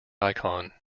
icon